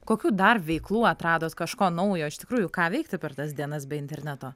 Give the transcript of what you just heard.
kokių dar veiklų atradot kažko naujo iš tikrųjų ką veikti per tas dienas be interneto